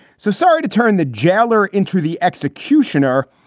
so sorry to turn the gaoler into the executioner,